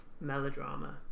melodrama